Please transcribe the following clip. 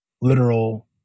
literal